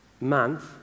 month